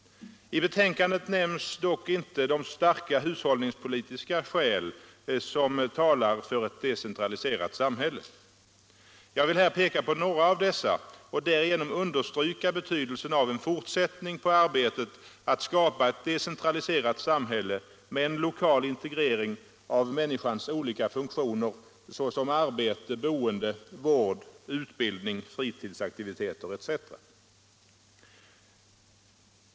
I betänkandet nämns dock inte de starka hushållningspolitiska skäl som talar för ett decentraliserat samhälle. Jag vill här peka på några av dessa och därigenom understryka betydelsen av en fortsättning på arbetet att skapa ett decentraliserat samhälle med en lokal integrering av människans olika funktioner, såsom arbete, boende, vård, utbildning och fritidsaktiviteter etc.